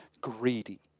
greedy